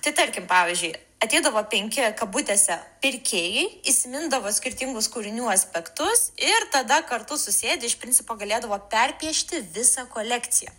tai tarkim pavyzdžiui ateidavo penki kabutėse pirkėjai įsimindavo skirtingus kūrinių aspektus ir tada kartu susėdę iš principo galėdavo perpiešti visą kolekciją